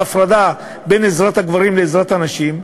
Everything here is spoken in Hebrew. הפרדה בין עזרת הגברים לעזרת הנשים,